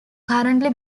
currently